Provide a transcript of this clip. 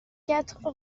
quatre